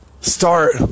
Start